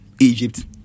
Egypt